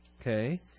Okay